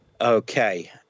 Okay